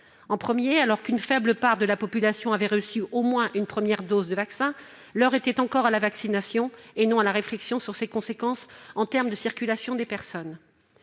sanitaire. Alors qu'une faible part de la population avait reçu au moins une première dose de vaccin, l'heure était encore à la vaccination et non à la réflexion sur ses conséquences en termes de circulation des personnes.